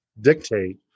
dictate